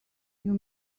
you